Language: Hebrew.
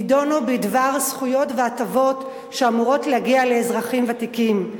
דנו בדבר זכויות והטבות שאמורות להגיע לאזרחים ותיקים.